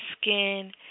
skin